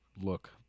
look